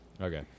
Okay